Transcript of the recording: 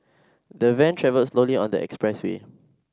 the van travelled slowly on the expressway